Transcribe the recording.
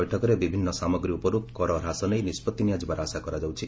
ବୈଠକରେ ବିଭିନ୍ନ ସାମଗ୍ରୀ ଉପରୁ କର ହ୍ରାସ ନେଇ ନିଷ୍କଭି ନିଆଯିବାର ଆଶା କରାଯାଉଛି